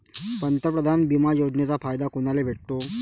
पंतप्रधान बिमा योजनेचा फायदा कुनाले भेटतो?